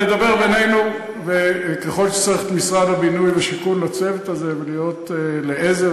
נדבר בינינו וככל שצריך את משרד הבינוי והשיכון לצוות הזה ולהיות לעזר,